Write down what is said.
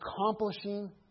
accomplishing